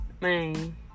Man